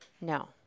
No